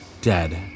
Dead